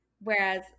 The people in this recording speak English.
whereas